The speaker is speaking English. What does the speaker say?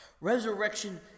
Resurrection